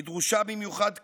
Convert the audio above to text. היא דרושה במיוחד כיום,